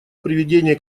приведение